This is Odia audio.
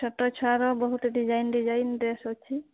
ଛୋଟ ଛୁଆର ବହୁତ ଡିଜାଇନ୍ ଡିଜାଇନ୍ ଡ୍ରେସ୍ ଅଛି